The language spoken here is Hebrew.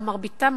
או מרביתה,